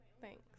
Thanks